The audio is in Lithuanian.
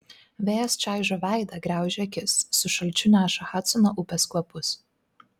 vėjas čaižo veidą graužia akis su šalčiu neša hadsono upės kvapus